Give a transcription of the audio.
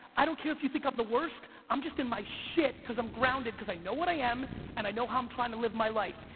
i don't care if you think i'm the worst, i'm just in my shit because i'm grounded, cause i know what i am and i know how i'm trying to live my life.